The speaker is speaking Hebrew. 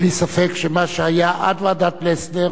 בלי ספק שמה שהיה עד ועדת-פלסנר,